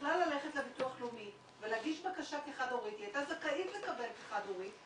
יכלה ללכת לביטוח לאומי ולהגיש בקשה כחד הורית.